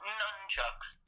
nunchucks